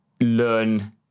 learn